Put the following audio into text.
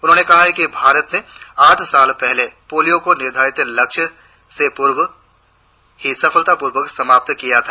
उन्होंने कहा कि भारत ने आठ साल पहले पोलियो को निर्धारित लक्ष्य से पूर्व ही सफलतापूर्वक समाप्त किया था